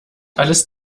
alles